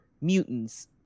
mutants